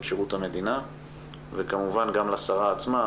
שירות המדינה וכמובן גם לשרה עצמה